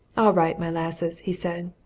all right, my lasses! he said.